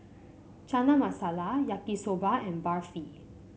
Chana Masala Yaki Soba and Barfi